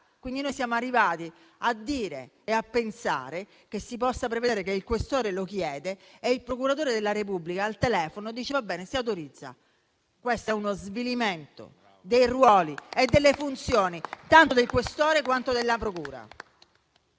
Quindi siamo arrivati a dire e a pensare che si possa prevedere che il questore lo chieda e il procuratore della Repubblica lo autorizzi al telefono. Questo è uno svilimento dei ruoli e delle funzioni tanto del questore, quanto della procura.